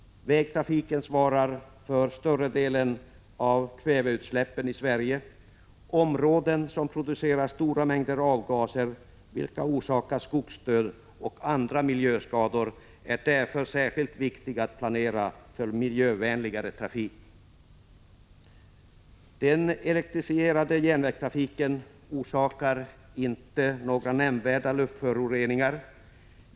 Vägtrafiken svarar för större delen av kväveutsläppen i Sverige. Områden som producerar stora mängder avgaser vilka orsakar skogsdöd och andra miljöskador är därför särskilt viktiga att planera för miljövänligare trafik. Den elektrifierade järnvägstrafiken orsakar inte några nämnvärda luftföroreningar.